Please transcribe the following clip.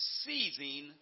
seizing